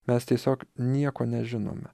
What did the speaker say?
mes tiesiog nieko nežinome